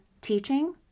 teaching